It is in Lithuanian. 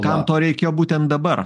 kam to reikėjo būtent dabar